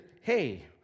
hey